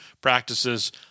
practices